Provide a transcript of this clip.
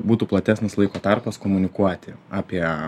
būtų platesnis laiko tarpas komunikuoti apie